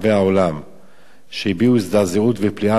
שהביעו הזדעזעות ופליאה על הדיווחים שמשרד החוץ